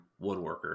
woodworker